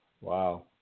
Wow